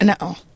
No